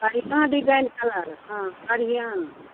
बढिऑं design colour हँ बढ़िऑं